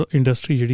industry